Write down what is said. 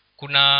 kuna